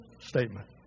statement